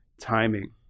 timing